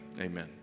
amen